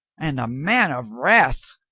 and a man of wrath.